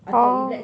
oh